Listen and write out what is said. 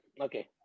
Okay